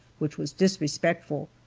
which was disrespectful.